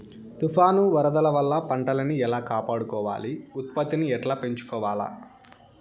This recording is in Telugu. తుఫాను, వరదల వల్ల పంటలని ఎలా కాపాడుకోవాలి, ఉత్పత్తిని ఎట్లా పెంచుకోవాల?